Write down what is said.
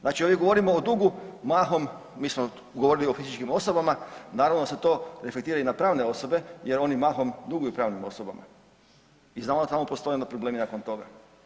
Znači ovdje govorimo o dugu mahom, mi smo govorili o fizičkim osobama, naravno da se to reflektira i na pravne osobe jer oni mahom duguju pravnim osobama i znamo da tamo postoje problemi onda nakon toga.